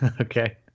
Okay